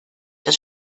das